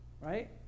Right